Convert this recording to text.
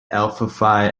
alpha